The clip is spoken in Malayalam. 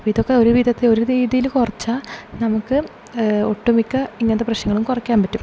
അപ്പോൾ ഇതൊക്കെ ഒരു വിധമൊക്കെ ഒരു രീതിയിൽ കുറച്ചാൽ നമുക്ക് ഒട്ടുമിക്ക ഇങ്ങനത്തെ പ്രശ്നങ്ങളും കുറക്കാൻ പറ്റും